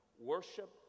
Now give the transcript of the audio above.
Worship